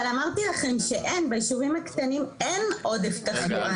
אמרנו לכם שביישובים הקטנים אין עודף תחלואה,